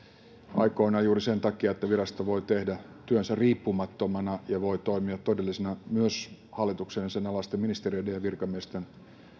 aikoinaan juuri sen takia että virasto voi tehdä työnsä riippumattomana ja voi toimia myös todellisena hallituksen ja sen alaisten ministeriöiden ja virkamiesten